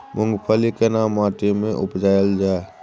मूंगफली केना माटी में उपजायल जाय?